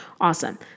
Awesome